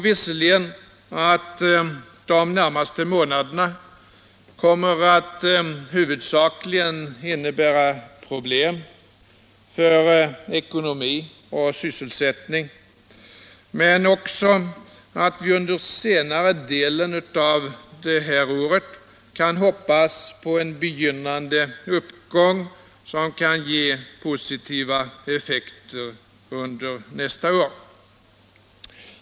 Visserligen tror jag att de närmaste månaderna huvudsakligen kommer att innebära problem för ekonomi och sysselsättning, men jag tror också att vi under senare delen av detta år kan få en begynnande uppgång som kan ge positiva effekter under nästa år.